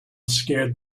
scared